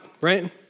right